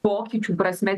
pokyčių prasme